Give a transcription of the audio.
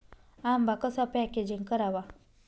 आंबा कसा पॅकेजिंग करावा?